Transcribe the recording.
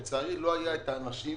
לצערי לא היו אנשים.